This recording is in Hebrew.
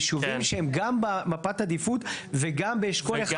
יישובים שהם גם במפת עדיפות וגם באשכול 1 עד 5?